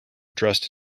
dressed